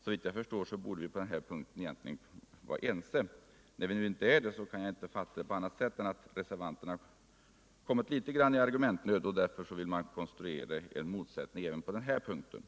Såvitt jag förstår borde vi vara helt ense på den här punkten. När vi nu inte är det, så kan jag inte fatta det på annat sätt än att reservanterna har kommit litet i argumentnöd och därför vill konstruera en motsättning även på den här punkten.